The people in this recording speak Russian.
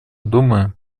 думаю